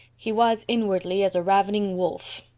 he was inwardly as a ravening wolf.